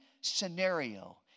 scenario